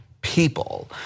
People